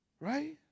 Right